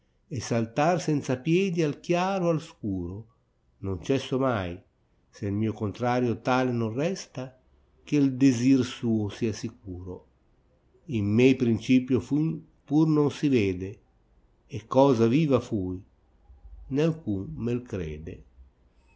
e saltar senza piedi al chiaro al scuro non cesso mai se il mio conti'ario tale non resta che u desir suo sia sicuro in me principio o fin pur non si vede e cosa viva fui ne alcun me crede